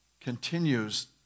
continues